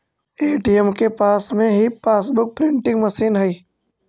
ATM के पास में ही पासबुक प्रिंटिंग मशीन हई